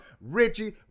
Richie